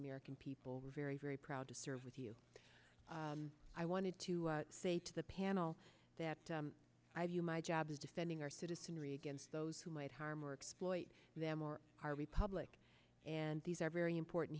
american people are very very proud to serve with you i wanted to say to the panel that i view my job of defending our citizenry against those who might harm or exploit them or our republic and these are very important